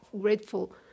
grateful